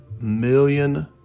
million